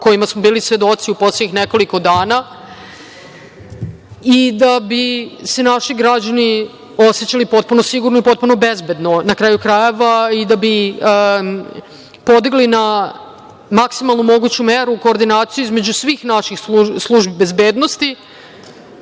kojima smo bili svedoci u poslednjih nekoliko dana i da bi se naši građani osećali potpuno sigurno i potpuno bezbedno. Na kraju krajeva, da bi podigli na maksimalnu moguću meru koordinaciju između svih naših službi bezbednosti